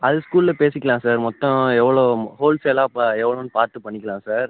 அது ஸ்கூலில் பேசிக்கலாம் சார் மொத்தம் எவ்வளோ ஹோல் சேலாக இப்போ எவ்வளோன்னு பார்த்து பண்ணிக்கலாம் சார்